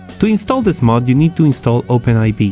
to install this mod you need to install openiv,